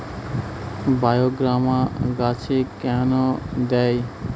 বায়োগ্রামা গাছে কেন দেয়?